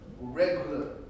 Regular